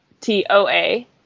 T-O-A